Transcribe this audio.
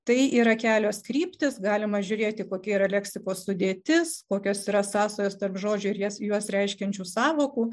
tai yra kelios kryptys galima žiūrėti kokia yra leksikos sudėtis kokios yra sąsajos tarp žodžių ir jas juos reiškiančių sąvokų